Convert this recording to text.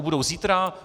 Budou zítra?